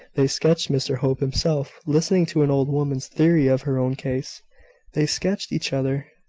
they sketched mr hope himself listening to an old woman's theory of her own case they sketched each other.